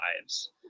lives